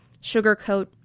sugarcoat